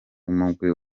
umugwi